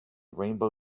rainbow